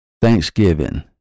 thanksgiving